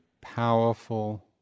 powerful